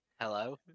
Hello